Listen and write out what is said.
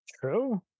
True